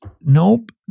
nope